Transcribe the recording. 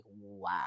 wow